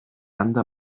anda